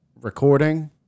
recording